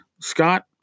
Scott